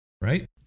right